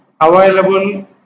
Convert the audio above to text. available